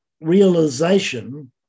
realization